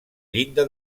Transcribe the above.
llinda